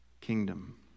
kingdom